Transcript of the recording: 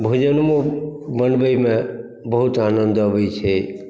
भोजनमो बनबैमे बहुत आनन्द अबै छै